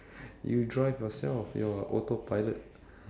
you drive yourself you're autopilot